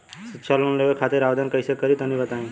शिक्षा लोन लेवे खातिर आवेदन कइसे करि तनि बताई?